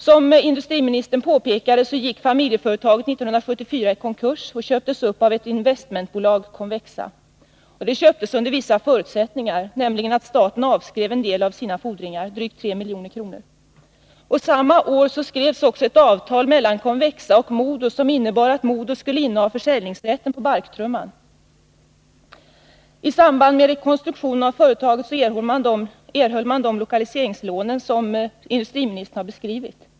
Familjeföretaget gick i konkurs 1974, som industriministern påpekade. Företaget köptes upp av investmentbolaget Convexa. Man köpte det under vissa förutsättningar, nämligen att staten avskrev en del av sina fordringar, drygt 3 milj.kr. Samma år skrevs också ett avtal mellan Convexa och MoDo som innebar att MoDo skulle inneha försäljningsrätten på barktrumman. I samband med rekonstruktionen av företaget erhöll man de lokaliseringslån som Nils Åsling redovisat.